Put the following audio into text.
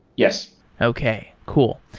yes okay. cool.